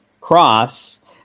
cross